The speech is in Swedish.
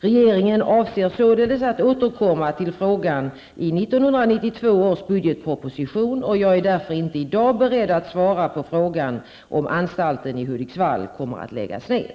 Regeringen avser således att återkomma till frågan i 1992 års budgetproposition, och jag är därför inte i dag beredd att svara på frågan om anstalten i Hudiksvall kommer att läggas ned.